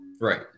Right